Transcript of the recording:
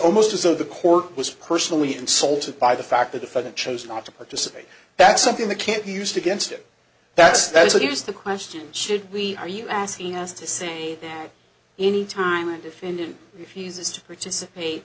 almost as though the court was personally insulted by the fact the defendant chose not to participate that's something that can't be used against him that's that is that is the question should we are you asking us to say any time a defendant refuses to participate